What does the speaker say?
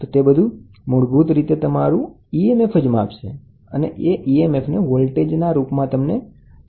તો આ બધુ જોડાયેલું હશે અને મૂળભૂત રીતે તમે ઇએમએફ માપવાનો પ્રયત્ન કરી રહ્યાં છો અને તે વોલ્ટેજના રૂપમાં તમને પ્રદર્શિત કરશે